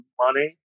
money